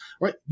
Right